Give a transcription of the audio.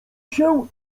się